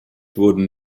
wurden